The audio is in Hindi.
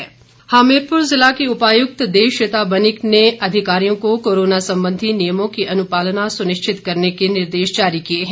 निर्देश हमीरपुर जिला उपायुक्त देबश्वेता बनिक ने अधिकारियों को कोरोना संबंधी नियमों की अनुपालना सुनिश्चित करने के निर्देश जारी किए हैं